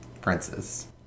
princes